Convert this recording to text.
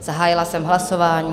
Zahájila jsem hlasování.